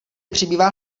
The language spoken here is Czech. přibývá